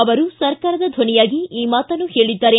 ಅವರು ಸರ್ಕಾರದ ಧ್ವನಿಯಾಗಿ ಈ ಮಾತನ್ನು ಹೇಳಿದ್ದಾರೆ